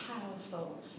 powerful